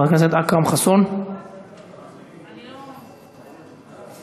חברת הכנסת אורלי לוי אבקסיס,